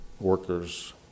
workers